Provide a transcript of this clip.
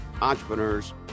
entrepreneurs